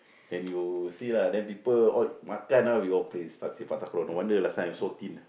then you see lah then people all makan ah we all play s~ sepak takraw no wonder last time I so thin ah